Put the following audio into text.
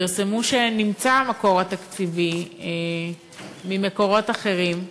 פרסמו שנמצא המקור התקציבי ממקורות אחרים.